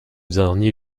dernier